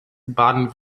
baden